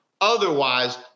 Otherwise